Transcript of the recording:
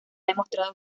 demostrado